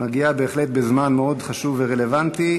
מגיעה בהחלט בזמן מאוד חשוב ורלוונטי.